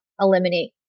eliminate